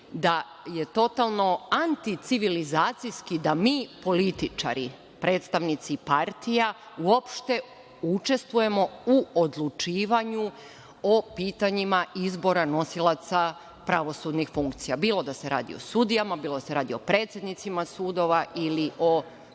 da je totalno anticivilizacijski da mi političari predstavnici partija, uopšte učestvujemo u odlučivanju o pitanjima izborima nosilaca pravosudnih funkcija. Bilo da se radi o sudijama, bilo da se radi o predsednicima sudova ili o